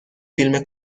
فیلم